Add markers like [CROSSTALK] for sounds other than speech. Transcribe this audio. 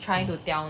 [BREATH]